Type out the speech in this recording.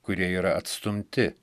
kurie yra atstumti